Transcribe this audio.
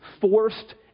forced